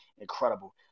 Incredible